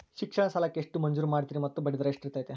ಶಿಕ್ಷಣ ಸಾಲಕ್ಕೆ ಎಷ್ಟು ಮಂಜೂರು ಮಾಡ್ತೇರಿ ಮತ್ತು ಬಡ್ಡಿದರ ಎಷ್ಟಿರ್ತೈತೆ?